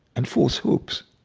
and false hopes.